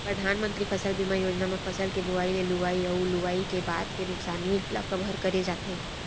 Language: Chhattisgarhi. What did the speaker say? परधानमंतरी फसल बीमा योजना म फसल के बोवई ले लुवई अउ लुवई के बाद के नुकसानी ल कभर करे जाथे